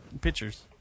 pictures